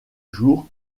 jour